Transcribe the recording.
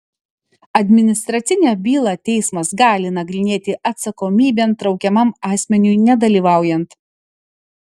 administracinę bylą teismas gali nagrinėti atsakomybėn traukiamam asmeniui nedalyvaujant